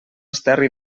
esterri